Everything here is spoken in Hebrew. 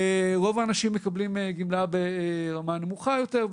רוב האנשים מקבלים גמלה ברמה נמוכה יותר,